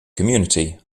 community